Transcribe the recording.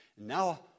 Now